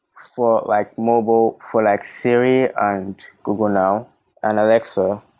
for like mobile, for like siri ah and google now and alexa,